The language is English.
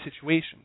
situation